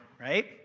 right